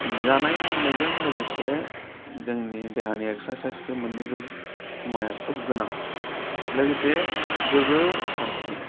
जानाय लोंनायजों लोगोसे जोंनि देहानि एक्सारसायस बे मोननैबो मुवाया खोब गोनां लोगोसे गोग्गो सानस्रि